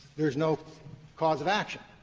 there's no cause of action.